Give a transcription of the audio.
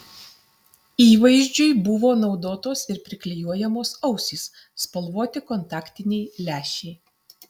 įvaizdžiui buvo naudotos ir priklijuojamos ausys spalvoti kontaktiniai lęšiai